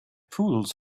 poodles